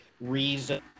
reason